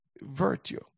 virtue